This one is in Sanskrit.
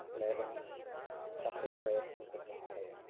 लेपनं शफे लेपनं कुर्मः वयम्